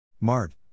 MART